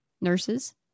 nurses